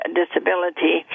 disability